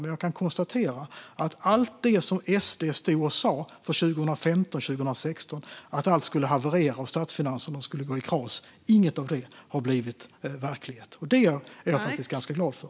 Men jag kan konstatera att inget har blivit verklighet av det som SD stod och sa 2015 och 2016 om att allt skulle haverera och att statsfinanserna skulle gå i kras. Detta är jag ganska glad för.